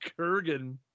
Kurgan